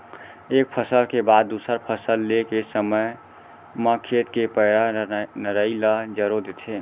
एक फसल के बाद दूसर फसल ले के समे म खेत के पैरा, नराई ल जरो देथे